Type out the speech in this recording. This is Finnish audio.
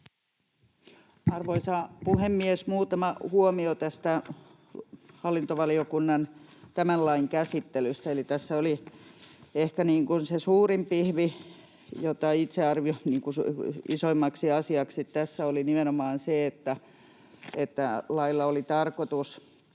Arvoisa puhemies! Muutama huomio tästä hallintovaliokunnan tämän lain käsittelystä. Eli tässä oli ehkä se suurin pihvi, jota itse arvioin isoimmaksi asiaksi tässä, nimenomaan se, että lailla oli tarkoitus